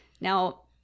Now